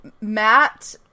Matt